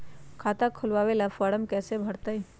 खाता खोलबाबे ला फरम कैसे भरतई?